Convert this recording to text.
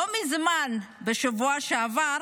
לא מזמן, בשבוע שעבר,